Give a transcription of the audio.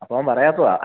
അപ്പോൾ അവൻ പറയാത്തതാണ്